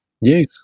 Yes